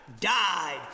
died